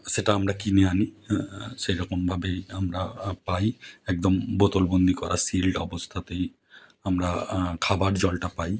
সেটা আমরা কিনে আনি সেরকমভাবেই আমরা পাই একদম বোতলবন্দি করা সিলড অবস্থাতেই আমরা খাবার জলটা পাই